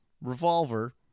revolver